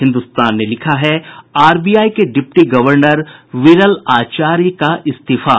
हिन्दुस्तान ने लिखा है आरबीआई के डिप्टी गवर्नर विरल आचार्य का इस्तीफा